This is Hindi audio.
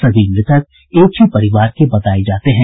सभी मृतक एक ही परिवार के बताये जाते हैं